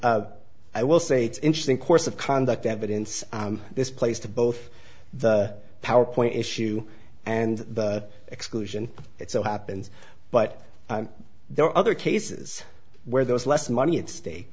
i will say it's interesting course of conduct evidence this place to both the power point issue and the exclusion it so happens but there are other cases where there was less money at stake